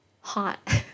hot